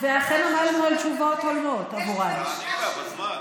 תעני לה בזמן.